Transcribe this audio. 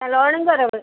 നല്ലോണം കുറവ്